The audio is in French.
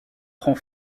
prend